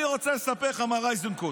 אני רוצה לספר לך, מר איזנקוט,